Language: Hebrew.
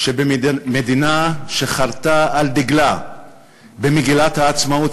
שבמדינה שחרתה על דגלה במגילת העצמאות